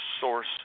source